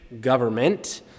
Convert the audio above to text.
government